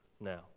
now